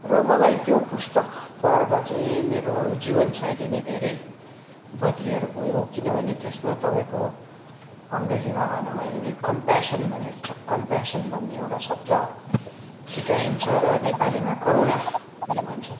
र मलाई त्यो पुस्तक पढ्दा चाहिँ मेरो जीवनशैली नै धेरै बद्लिएर गयो किनभने त्यसमा तपाईँको अङ्ग्रेजीमा भनौँ भने कम्प्यासन भनेको छ कम्प्यासन भन्ने एउटा शब्द सिकाइन्छ र नेपालीमा करुणा पनि भन्छ